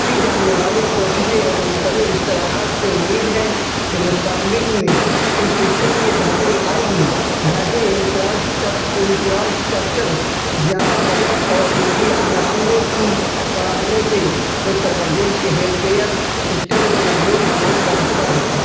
کی جانے والی کوشسیں اور مختلف اصلاحات سے امید ہے کہ مستقبل میں اس سسٹم میں بہتری آئے گی بہتر انفراسٹکچر زیادہ بجٹ اور طبی عملے کی فراہمی سے اتّر پردیش کے ہیلتھ کیئر سسٹم کو مضبوط بنایا جا سکتا ہے